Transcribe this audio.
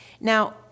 Now